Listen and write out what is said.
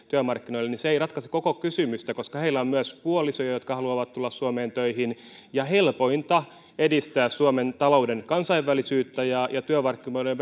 työmarkkinoille ei ratkaise koko kysymystä koska heillä on myös puolisot jotka haluavat tulla suomeen töihin helpointa edistää suomen talouden kansainvälisyyttä ja ja työmarkkinoiden